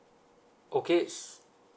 okay